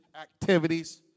activities